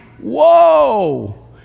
Whoa